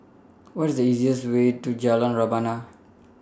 What IS The easiest Way to Jalan Rebana